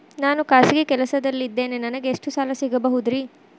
ನಾನು ಖಾಸಗಿ ಕೆಲಸದಲ್ಲಿದ್ದೇನೆ ನನಗೆ ಎಷ್ಟು ಸಾಲ ಸಿಗಬಹುದ್ರಿ?